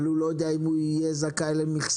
אבל הוא לא יודע אם הוא יהיה זכאי למכסה,